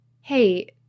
hey